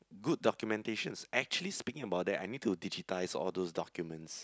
good documentations actually speaking about that I need to digitise all those documents